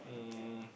um